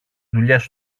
δουλειές